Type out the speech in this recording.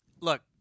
look